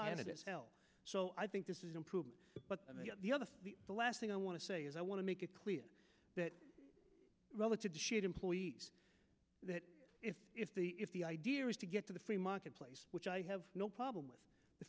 it so i think this is improvement but the other the last thing i want to say is i want to make it clear that relative to shoot employees that if the if the idea is to get to the free marketplace which i have no problem with the